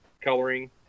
coloring